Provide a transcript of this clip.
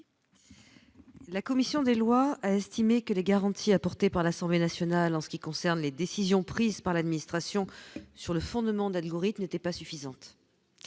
La commission des lois a estimé que les garanties apportées par l'Assemblée nationale en ce qui concerne les décisions prises par l'administration sur le fondement d'allégories tu n'étaient pas suffisantes,